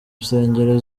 nsengero